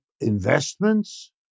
investments